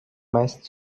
meist